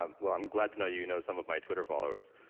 um well, i'm glad to know you know some of my twitter followers,